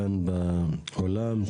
כאן באולם.